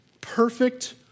perfect